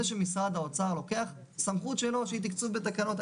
שמשרד האוצר לוקח סמכות שלו שהיא תקצוב בתקנות.